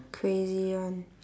crazy [one]